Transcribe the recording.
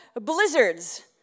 blizzards